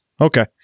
Okay